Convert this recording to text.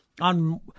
on